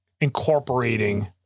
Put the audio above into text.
incorporating